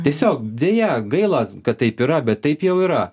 tiesiog deja gaila kad taip yra bet taip jau yra